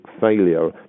failure